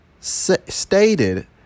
stated